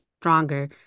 stronger